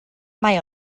mae